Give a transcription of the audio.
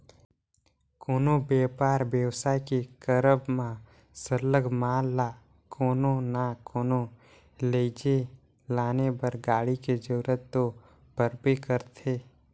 कोनो बयपार बेवसाय के करब म सरलग माल ल कोनो ना कोनो लइजे लाने बर गाड़ी के जरूरत तो परबे करथे